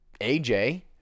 aj